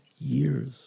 years